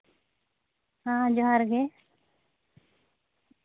ᱦᱮᱸ ᱡᱚᱦᱟᱨ ᱜᱮ